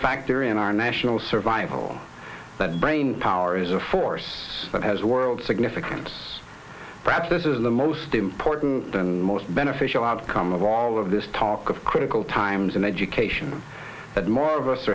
factor in our national survival that brain power is a force that has the world significance perhaps this is the most important than the most beneficial outcome of all of this talk of critical times in education that more of us